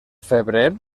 febrer